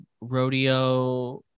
rodeo